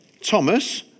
Thomas